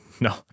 No